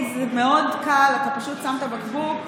זה מאוד קל: אתה פשוט שם את הבקבוק,